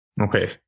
Okay